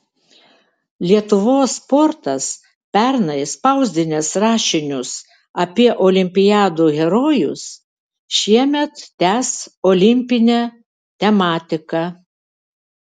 lietuvos sportas pernai spausdinęs rašinius apie olimpiadų herojus šiemet tęs olimpinę tematiką